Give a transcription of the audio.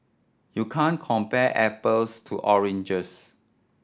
you can't compare apples to oranges